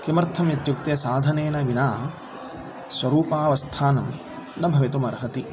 किमर्थमित्युक्ते साधनेन विना स्वरूपावस्थानं न भवितुमर्हति